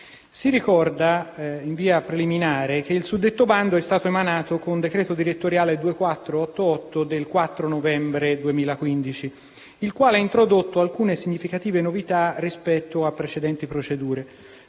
Si ricorda preliminarmente che il suddetto bando è stato emanato con il decreto direttoriale n. 2488 del 4 novembre 2015, il quale ha introdotto alcune significative novità rispetto alle precedenti procedure;